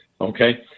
okay